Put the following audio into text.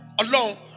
alone